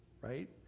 right